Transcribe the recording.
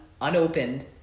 unopened